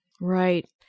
Right